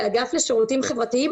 במילים.